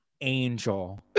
angel